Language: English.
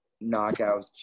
knockout